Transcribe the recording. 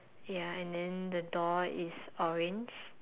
ya and then the door is orange